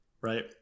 right